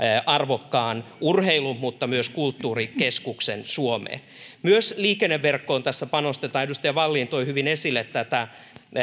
arvokkaan urheilu mutta myös kulttuurikeskuksen suomeen myös liikenneverkkoon tässä panostetaan edustaja wallin toi hyvin esille tätä